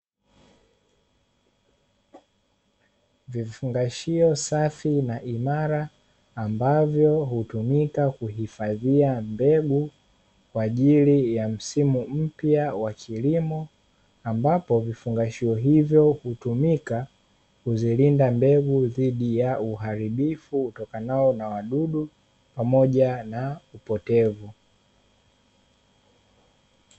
Vifungashio safi na imara ambavyo hutumika kuhifadhia mbegu kwajili ya msimu mpya wa kilimo, ambapo vifungashio hivyo hutumika kuzilinda mbegu dhidi ya uharibifu utokanao na wadudu pamoja na upotevu.